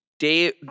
Dave